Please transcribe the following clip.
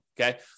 okay